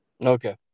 Okay